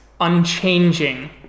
Unchanging